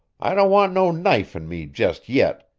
i don't want no knife in me jest yit,